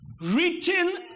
Written